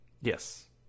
Yes